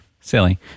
silly